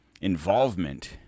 involvement